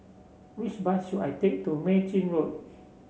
which bus should I take to Mei Chin Road